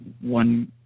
one